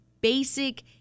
basic